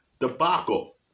debacle